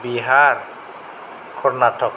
Bihar Karnataka